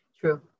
True